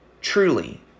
truly